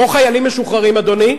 או חיילים משוחררים,